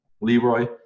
Leroy